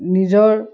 নিজৰ